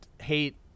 hate